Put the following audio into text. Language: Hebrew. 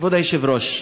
כבוד היושב-ראש,